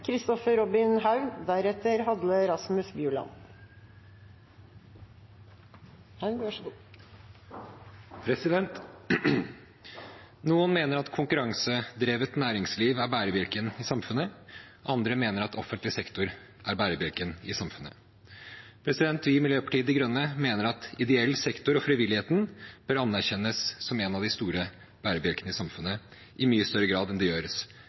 i samfunnet. Andre mener at offentlig sektor er bærebjelken i samfunnet. Vi i Miljøpartiet De Grønne mener at ideell sektor og frivilligheten bør anerkjennes som en av de store bærebjelkene i samfunnet i mye større grad enn det gjøres